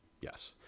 Yes